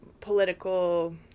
political